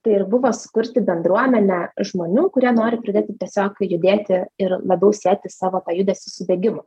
tai ir buvo sukurti bendruomenę žmonių kurie nori pradėti tiesiog judėti ir labiau sieti savo tą judesį su bėgimu